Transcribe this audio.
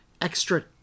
extra